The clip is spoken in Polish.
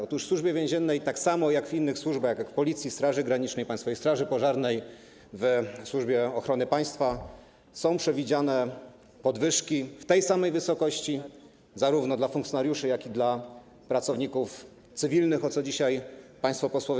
Otóż w Służbie Więziennej tak samo jak w innych służbach, jak w Policji, Straży Granicznej, Państwowej Straży Pożarnej, w Służbie Ochrony Państwa są przewidziane podwyżki w tej samej wysokości zarówno dla funkcjonariuszy, jak i dla pracowników cywilnych, o co dzisiaj pytali państwo posłowie.